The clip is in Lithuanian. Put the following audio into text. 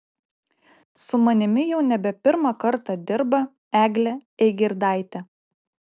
su manimi jau nebe pirmą kartą dirba eglė eigirdaitė